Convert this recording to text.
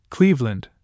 Cleveland